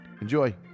Enjoy